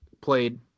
played